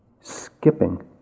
skipping